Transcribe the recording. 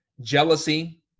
Jealousy